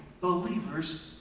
believers